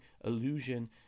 illusion